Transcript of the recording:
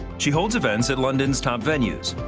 she holds events in london's top venues,